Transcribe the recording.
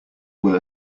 will